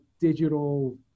digital